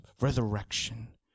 resurrection